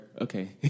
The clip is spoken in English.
okay